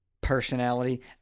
personality